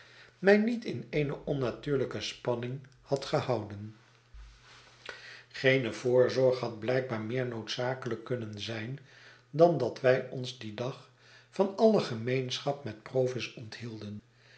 mij niet in eene onnatuurlijke spanning had gehouden geene voorzorg had blijkbaar meer noodzakelijk kunnen zijn dan dat wij ons dien dag van alle gemeenschap met provis onthielden